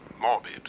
morbid